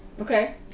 Okay